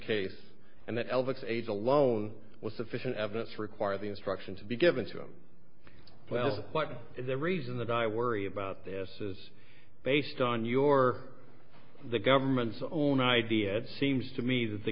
case and that elvis age alone was sufficient evidence required the instruction to be given to him well what is the reason that i worry about this is based on your the government's own idea it seems to me that the